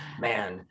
man